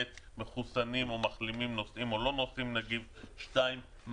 מחוסנים או מחלימים נושאים או לא נושאים נגיף ומה